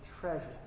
treasure